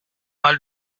mal